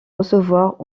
recevoir